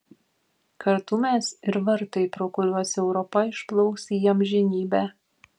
kartu mes ir vartai pro kuriuos europa išplauks į amžinybę